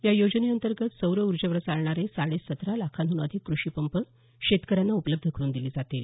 या योजने अंतर्गत सौर ऊर्जेवर चालणारे साडे सतरा लाखाहुन अधिक कृषि पंप शेतकऱ्यांना उपलब्ध करून दिले जातील